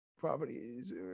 Properties